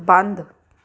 ਬੰਦ